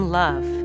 love